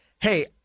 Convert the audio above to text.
hey